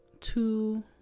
two